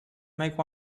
make